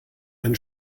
ein